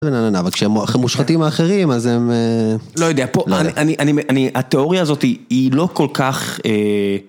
אבל כשהם הכי מושחתים מאחרים אז הם... לא יודע, פה אני... התיאוריה הזאת היא לא כל כך...